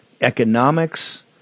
economics